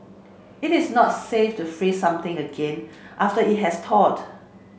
it is not safe to freeze something again after it has thawed